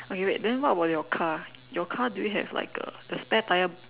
okay wait then what about your car your car do you have like a the spare tyre